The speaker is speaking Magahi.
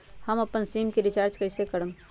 हम अपन सिम रिचार्ज कइसे करम?